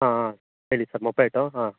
ಹಾಂ ಹೇಳಿ ಸರ್ ಗೊತ್ತಾಯಿತು ಹಾಂ